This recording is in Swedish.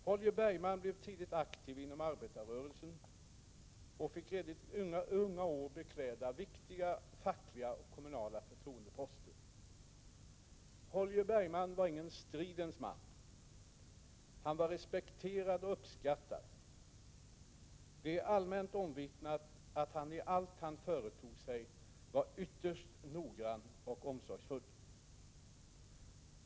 Holger Bergman blev tidigt aktiv inom arbetarrörelsen och fick redan i unga år bekläda viktiga fackliga och kommunala förtroendeposter. Holger Bergman var ingen stridens man. Han var respekterad och uppskattad. Det är allmänt omvittnat att han i allt han företog sig var ytterst noggrann och omsorgsfull.